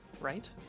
right